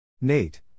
Nate